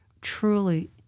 Truly